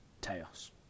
Taos